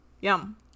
Yum